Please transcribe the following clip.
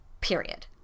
Period